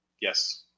Yes